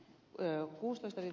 mäkelä kertoi